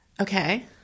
Okay